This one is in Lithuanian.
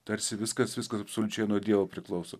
tarsi viskas viskas absoliučiai nuo dievo priklauso